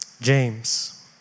James